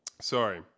Sorry